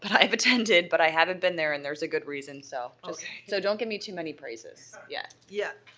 but i've attended, but i haven't been there and there's a good reason, so so don't give me too many praises. yeah yeah